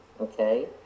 okay